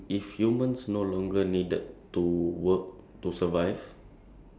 okay so my next question is also thought provoking